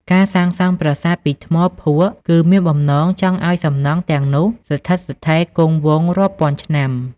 ការសាងសង់ប្រាសាទពីថ្មភក់ គឺមានបំណងចង់ឱ្យសំណង់ទាំងនោះស្ថិតស្ថេរគង់វង្សរាប់ពាន់ឆ្នាំ។